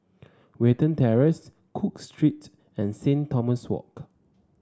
Watten Terrace Cook Street and Saint Thomas Walk